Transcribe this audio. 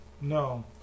No